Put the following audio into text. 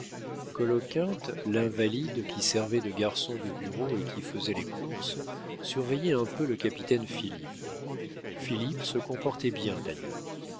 coloquinte l'invalide qui servait de garçon de bureau et qui faisait les courses surveillait un peu le capitaine philippe philippe se comportait bien d'ailleurs